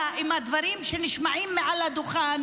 ואללה, ידוע בציבור מי משקר, מי מדליף.